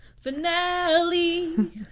finale